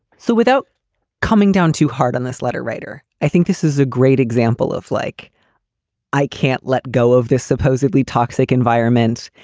so without coming down too hard on this letter writer i think this is a great example of like i can't let go of this supposedly toxic environment.